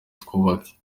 twubake